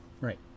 Right